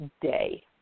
day